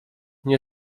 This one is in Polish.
nie